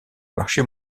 marché